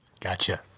Gotcha